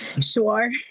Sure